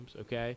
okay